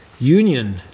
union